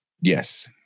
Yes